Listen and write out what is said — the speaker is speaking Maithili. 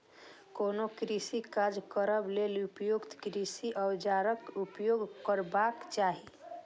कोनो कृषि काज करबा लेल उपयुक्त कृषि औजारक उपयोग करबाक चाही